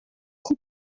خوب